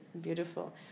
beautiful